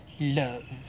love